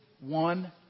one